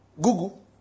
Google